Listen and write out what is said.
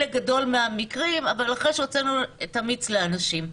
גדול מהמקרים אבל אחרי שהוצאנו את המיץ לאנשים.